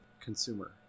consumer